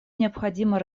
необходимо